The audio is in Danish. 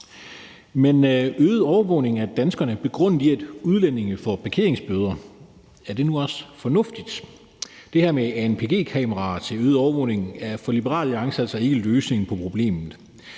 er øget overvågning af danskerne, begrundet i at udlændinge får parkeringsbøder, nu også fornuftigt? Det her med angp-kameraer til øget overvågning er for Liberal Alliance altså ikke løsningen på problemet